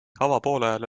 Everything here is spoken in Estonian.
avapoolajal